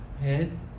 Head